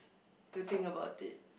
to think about it